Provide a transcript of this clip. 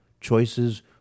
choices